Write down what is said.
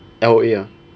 L_O_A ah